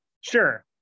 Sure